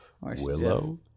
willow